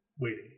waiting